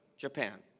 japan.